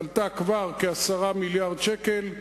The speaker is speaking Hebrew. היא עלתה כבר כ-10 מיליארדי שקל,